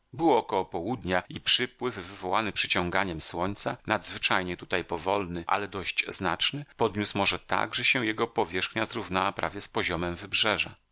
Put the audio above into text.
było około południa i przypływ wywołany przyciąganiem słońca nadzwyczajnie tutaj powolny ale dość znaczny podniósł morze tak że się jego powierzchnia zrównała prawie z poziomem wybrzeża